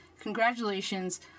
congratulations